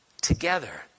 Together